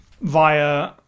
via